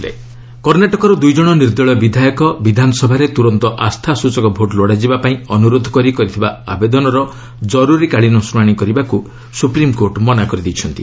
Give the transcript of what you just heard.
SC Karnataka ଏମ୍ଏଲ୍ଏକ୍ କର୍ଣ୍ଣାଟକର ଦୁଇ ଜଣ ନିର୍ଦଳୀୟ ବିଧାୟକ ବିଧାନସଭାରେ ତୁରନ୍ତ ଆସ୍ଥାସଚକ ଭୋଟ୍ ଲୋଡ଼ାଯିବା ପାଇଁ ଅନୁରୋଧ କରି କରିଥିବା ଆବେଦନର କରୁରୀକାଳୀନ ଶୁଣାଣି କରିବାକୁ ସୁପ୍ରିମ୍କୋର୍ଟ ମନା କରିଦେଇଛନ୍ତି